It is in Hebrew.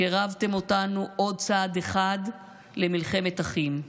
קירבתם אותנו עוד צעד אחד למלחמת אחים.